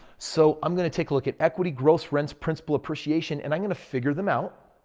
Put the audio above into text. so, i'm going to take a look at equity, gross, rents, principal, appreciation. and i'm going to figure them out.